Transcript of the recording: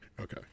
Okay